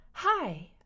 Hi